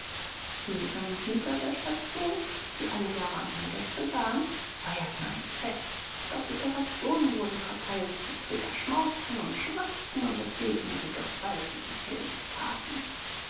die einsiedler der station die alle jahre einmal gäste sahen feierten ein fest doppelte rationen wurden verteilt die träger schmausten und schwatzten und erzählten ihre gewaltigen heldentaten